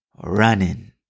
running